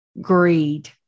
greed